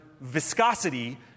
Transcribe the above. viscosity